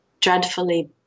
dreadfully